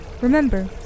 Remember